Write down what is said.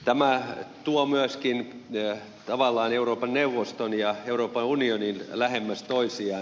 tämä tuo myöskin tavallaan euroopan neuvoston ja euroopan unionin lähemmäksi toisiaan